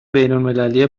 بینالمللی